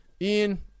Ian